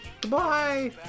Goodbye